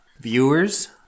Viewers